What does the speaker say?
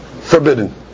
forbidden